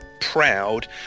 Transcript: proud